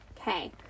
Okay